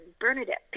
Bernadette